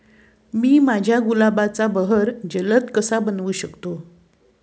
मी माझ्या गुलाबाचा बहर जलद कसा बनवू शकतो?